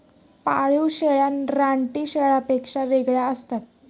पाळीव शेळ्या रानटी शेळ्यांपेक्षा वेगळ्या असतात